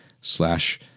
slash